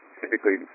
typically